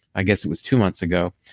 i guess it was two months ago.